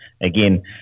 again